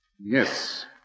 Yes